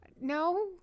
No